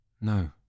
No